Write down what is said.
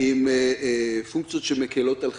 עם פונקציות שמקלות על חייה.